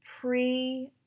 pre